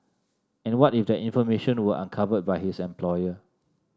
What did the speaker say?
and what if that information were uncovered by his employer